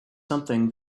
something